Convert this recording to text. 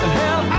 hell